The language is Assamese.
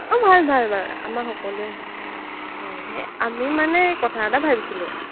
অঁ ভাল ভাল ভাল আমাৰ সকলোৰে ভাল অঁ হে আমি মানে কথা এটা ভাবিছিলোঁ